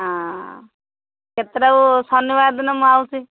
କେତେଟାକୁ ଶନିବାର ଦିନ ମୁଁ ଆସୁଛି